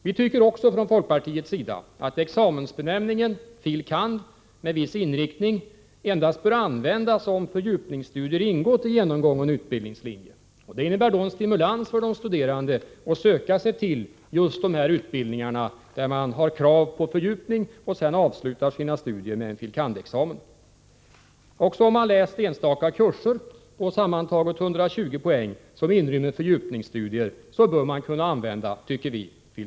Vi tycker också från folkpartiets sida att examensbenämningen fil. kand.- examen med viss inriktning endast bör användas om fördjupningsstudier ingått i genomgången utbildningslinje. Det innebär en stimulans för de studerande att söka sig till just de utbildningar där det finns krav på fördjupning och där man sedan avslutar sina studier med en fil. kand.- examen. Också om man har läst enstaka kurser om sammanlagt 120 poäng, som inrymmer fördjupningsstudier, bör man kunna använda, tycker vi, benämningen fil.